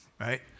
right